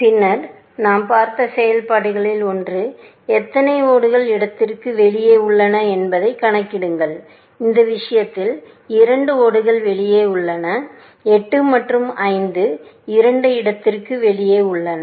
பின்னர் நாம் பார்த்த செயல்பாடுகளில் ஒன்று எத்தனை ஓடுகள் இடத்திற்கு வெளியே உள்ளன என்பதைக் கணக்கிடுங்கள் இந்த விஷயத்தில் இரண்டு ஓடுகள் வெளியே உள்ளன 8 மற்றும் 5 இரண்டும் இடத்திற்கு வெளியே உள்ளன